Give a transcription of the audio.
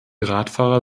radfahrer